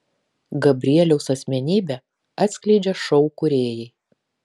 gabrieliaus asmenybę atskleidžia šou kūrėjai